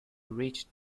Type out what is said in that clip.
reached